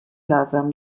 لازم